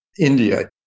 India